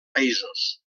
països